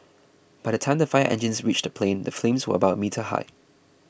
by the time the fire engines reached the plane the flames were about a meter high